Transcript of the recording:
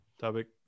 Topic